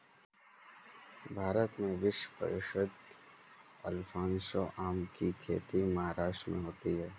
भारत में विश्व प्रसिद्ध अल्फांसो आम की खेती महाराष्ट्र में होती है